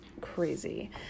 crazy